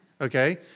Okay